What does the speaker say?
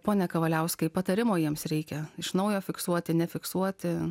pone kavaliauskai patarimo jiems reikia iš naujo fiksuoti nefiksuoti